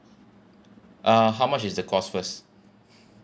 uh how much is the cost first